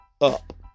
up